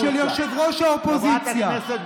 רק כדי להשאיר את הנהנתנות של ראש האופוזיציה